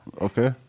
Okay